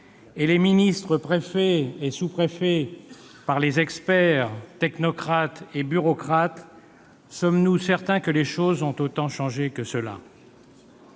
et les ministres, préfets et sous-préfets par les experts, technocrates et bureaucrates, sommes-nous encore certains que les choses ont autant changé que cela ?